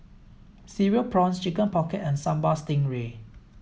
cereal prawns chicken pocket and Sambal stingray